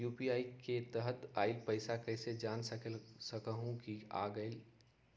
UPI के तहत आइल पैसा कईसे जानल जा सकहु की आ गेल?